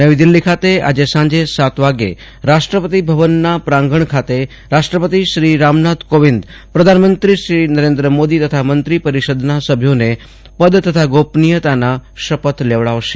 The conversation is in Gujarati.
નવી દિલ્ફી ખાતે સાંજે સાત વાગ્યે રાષ્ટ્રપતિ ભવનના પ્રાંગણ ખાતે રાષ્ટ્રપતિ શ્રી રામનાથ કોવિંદ પ્રધાનમંત્રી શ્રી નરેન્દ્ર મોદી તથા મંત્રી પરિષદના સભ્યોને પદ તથા ગોપનિયતાના શપથ લેવડાવશે